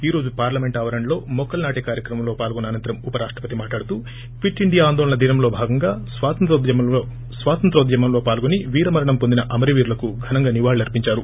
ఈ రోజు పార్లమెంట్ ఆవరణలో మొక్కలు నాటే కార్యక్రమంలో పాల్గొన్న అనంతరం ఉప రాష్టపతి మాట్లాడుతూ క్విట్ ఇండియా ఆందోళన దినం లో భాగంగా స్వాతంత్ర్వోద్యమంలో పాల్గొని వీర ్మరణం పొందిన అమర వీరులకు ఘనంగా నివాళులర్చించారు